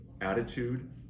attitude